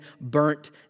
burnt